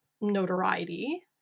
notoriety